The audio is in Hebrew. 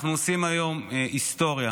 אנחנו עושים היום היסטוריה,